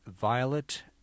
Violet